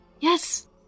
yes